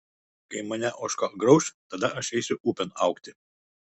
kai mane ožka grauš tada aš eisiu upėn augti